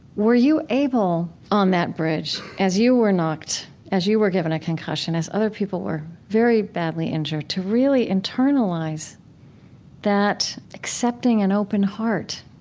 were you able, on that bridge, as you were knocked as you were given a concussion, as other people were very badly injured, to really internalize that accepting an open heart?